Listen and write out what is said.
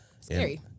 scary